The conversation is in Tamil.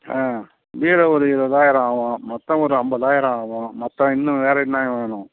ஆ பீரோ ஒரு இருபதாயிரம் ஆகும் மொத்தம் ஒரு ஐம்பதாயிரம் ஆகும் மொத்தம் இன்னும் வேறு என்ன வேணும்